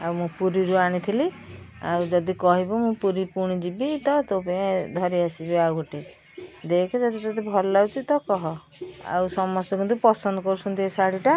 ଆଉ ମୁଁ ପୁରୀରୁ ଆଣିଥିଲି ଆଉ ଯଦି କହିବୁ ମୁଁ ପୁରୀ ପୁଣି ଯିବି ତ ତୋ ପାଇଁ ଧରି ଆସିବି ଆଉ ଗୋଟେ ଦେଖେ ଯଦି ତୋତେ ଭଲ ଲାଗୁଛି ତ କହ ଆଉ ସମସ୍ତେ କିନ୍ତୁ ପସନ୍ଦ କରୁଛନ୍ତି ଏ ଶାଢ଼ୀଟା